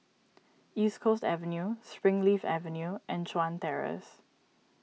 East Coast Avenue Springleaf Avenue and Chuan Terrace